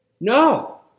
No